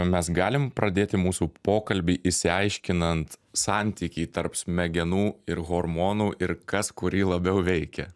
mes galima pradėti mūsų pokalbį išsiaiškinant santykį tarp smegenų ir hormonų ir kas kurį labiau veikia